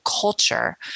culture